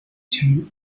chain